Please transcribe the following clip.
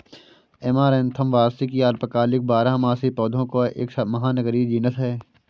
amaranthus वार्षिक या अल्पकालिक बारहमासी पौधों का एक महानगरीय जीनस है